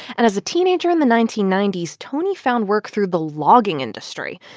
and as a teenager in the nineteen ninety s, tony found work through the logging industry.